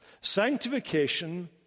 Sanctification